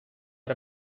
but